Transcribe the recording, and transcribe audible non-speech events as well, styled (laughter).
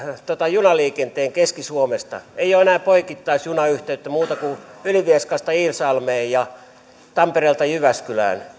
junaliikenteen keski suomesta ei ole enää poikittaisjunayhteyttä muuta kuin ylivieskasta iisalmeen ja tampereelta jyväskylään (unintelligible)